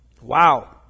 Wow